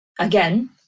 Again